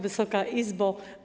Wysoka Izbo!